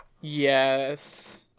Yes